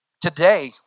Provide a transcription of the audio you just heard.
today